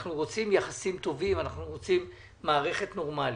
ואנחנו רוצים יחסים טובים ורוצים מערכת נורמלית.